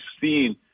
seen